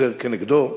ה"עזר כנגדו",